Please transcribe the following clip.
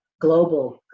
global